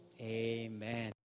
amen